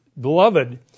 beloved